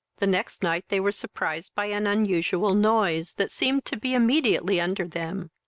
the next night they were surprised by an unusual noise, that seemed to be immediately under them.